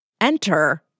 Enter